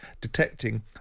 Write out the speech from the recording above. detecting